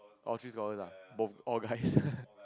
all three scholars ah both all guys